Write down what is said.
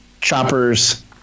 Choppers